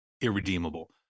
irredeemable